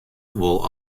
wol